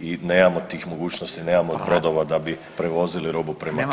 i nemamo tih mogućnosti, nemamo [[Upadica: Hvala.]] brodova da bi prevozili robu prema Kini.